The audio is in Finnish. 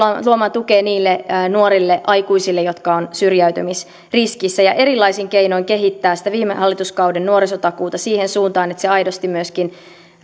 luomaan tukea niille nuorille aikuisille jotka ovat syrjäytymisriskissä ja erilaisin keinoin kehittämään sitä viime hallituskauden nuorisotakuuta siihen suuntaan että se aidosti myöskin